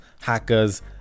hackers